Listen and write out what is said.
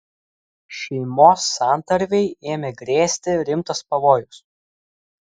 šeimos santarvei ėmė grėsti rimtas pavojus